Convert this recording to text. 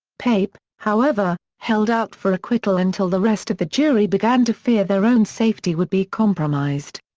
pape, however, held out for acquittal until the rest of the jury began to fear their own safety would be compromised.